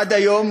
עד היום